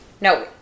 No